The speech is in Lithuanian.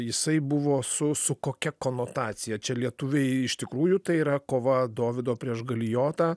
jisai buvo su su kokia konotacija čia lietuviai iš tikrųjų tai yra kova dovydo prieš galijotą